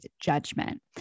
judgment